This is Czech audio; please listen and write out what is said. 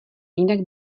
jinak